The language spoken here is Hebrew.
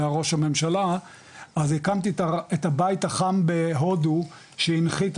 הוא היה ראש הממשלה אז הקמתי את ה'בית החם בהודו' שהנחית,